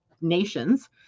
nations